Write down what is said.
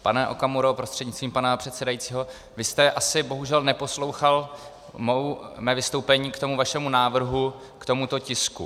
Pane Okamuro prostřednictvím pana předsedajícího, vy jste asi bohužel neposlouchal mé vystoupení k vašemu návrhu, k tomuto tisku.